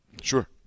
Sure